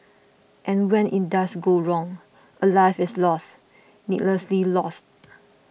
and when it does go wrong a life is lost needlessly lost